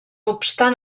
obstant